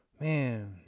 Man